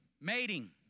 mating